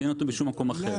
שאין אותו בשום מקום אחר.